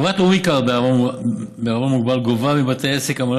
חברת לאומי קארד בע"מ גובה מבתי העסק עמלה